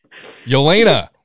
Yelena